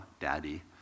daddy